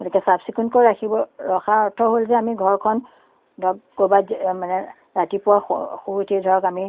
গতিকে চাফ চিকুণকৈ ৰাখিব ৰখাৰ অৰ্থ হ'ল যে আমি ঘৰখন ধৰক ক'ৰবাত যে মানে ৰাতিপুৱা স শুই উঠি ধৰক আমি